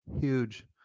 huge